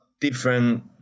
different